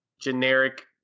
generic